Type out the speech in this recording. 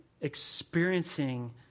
experiencing